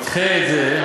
ידחה את זה,